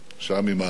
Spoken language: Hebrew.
שם, עם האריות,